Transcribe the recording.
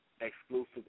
exclusive